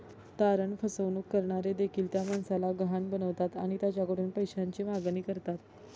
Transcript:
तारण फसवणूक करणारे देखील त्या माणसाला गहाण बनवतात आणि त्याच्याकडून पैशाची मागणी करतात